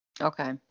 Okay